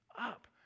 up